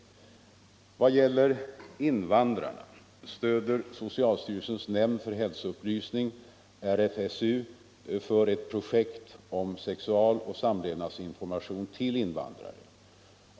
Vad gäller invandrarna stöder socialstyrelsens nämnd för hälsoupplysning RFSU i ett projekt om sexualoch samlevnadsinformation till invandrare.